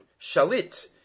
Shalit